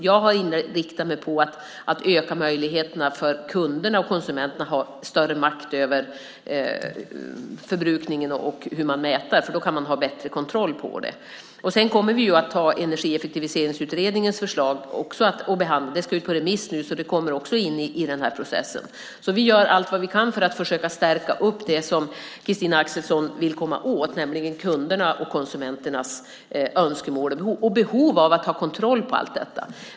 Jag har inriktat mig på att öka möjligheterna för kunderna och konsumenterna att ha en större makt över förbrukningen och över hur man mäter. Då kan man ha en bättre kontroll. Sedan kommer vi att ha Effektiviseringsutredningens förslag att behandla. Det förslaget ska ju nu ut på remiss, så också det kommer in i den här processen. Vi gör allt vi kan för att försöka förstärka det som Christina Axelsson vill komma åt, nämligen detta med kundernas och konsumenternas önskemål och behovet av att ha kontroll över allt detta.